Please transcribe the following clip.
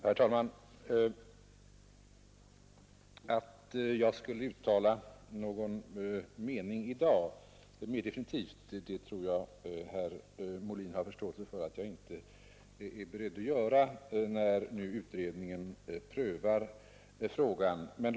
Herr talman! Jag tror att herr Molin har förståelse för att jag inte är beredd att i dag uttala någon mer definitiv mening, när nu utredningen prövar frågan.